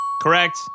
Correct